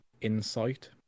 insight